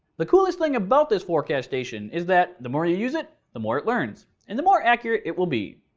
the coolest thing about this forecast station is that the more you use it, the more it learns and the more accurate it will be.